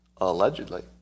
allegedly